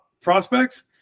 prospects